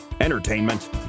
entertainment